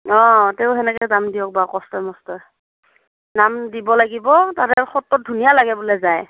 অ তেও সেনেকৈ যাম দিয়ক বাৰু কষ্টই মষ্টই নাম দিব লাগিব তাতে সত্ৰত ধুনীয়া লাগে বোলে যাই